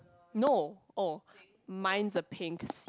no oh mine is a pink